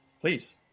Please